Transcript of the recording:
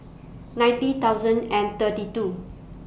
ninety thousand and thirty two